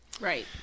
Right